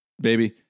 Baby